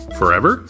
forever